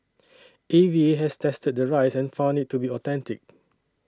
A V A has tested the rice and found it to be authentic